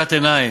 אחיזת עיניים.